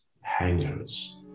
hangers